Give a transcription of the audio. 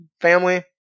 Family